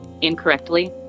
incorrectly